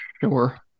Sure